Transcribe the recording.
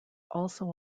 also